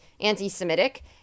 anti-Semitic